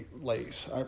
Lay's